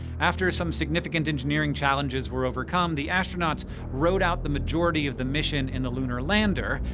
after some significant engineering challenges were overcome, the astronauts rode out the majority of the mission in the lunar lander.